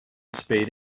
spade